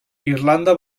irlanda